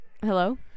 Hello